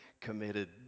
committed